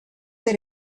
that